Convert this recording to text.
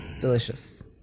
delicious